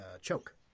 Choke